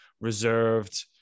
reserved